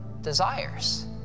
desires